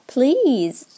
Please